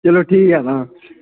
चलो ठीक ऐ तां